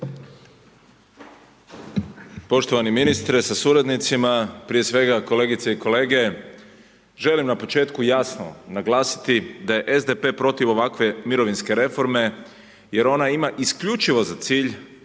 Poštovani ministre sa suradnicima, prije svega kolegice i kolege, želim na početku jasno naglasiti da je SDP protiv ovakve mirovinske reforme jer ona ima isključivo za cilj